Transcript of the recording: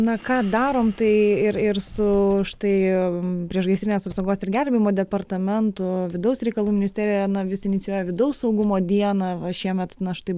na ką darom tai ir ir su štai priešgaisrinės apsaugos ir gelbėjimo departamentu vidaus reikalų ministerija na vis inicijuoja vidaus saugumo dieną va šiemet na štai